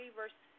verse